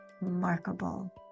remarkable